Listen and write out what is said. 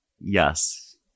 Yes